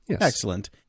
Excellent